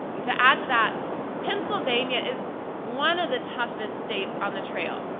to add to that pennsylvania is one of the toughest states on the trail